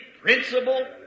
principle